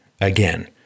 again